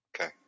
Okay